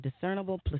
discernible